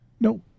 no